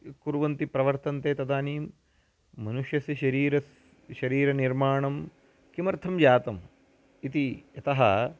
कुर्वन्ति प्रवर्तन्ते तदानीं मनुष्यस्य शरीरस्य शरीरनिर्माणं किमर्थं जातम् इति यतः